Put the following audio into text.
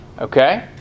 Okay